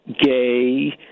gay